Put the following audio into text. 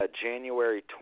January